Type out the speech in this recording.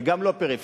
וגם לא פריפריה.